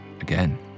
again